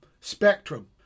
Spectrum